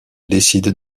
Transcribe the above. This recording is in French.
décide